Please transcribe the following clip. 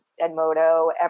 Edmodo